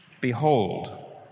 Behold